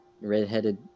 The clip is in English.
red-headed